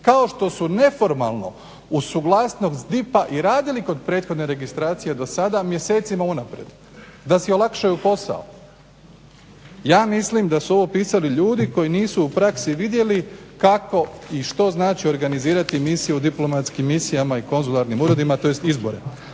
kao što su neformalno uz suglasnost DIP-a i radili kod prethodne registracije do sada mjesecima unaprijed, da si olakšaju posao. Ja mislim da su ovo pisali ljudi koji nisu u praksi vidjeli kako i što znači organizirati misiju u diplomatskim misijama i konzularnim uredima tj. izbore.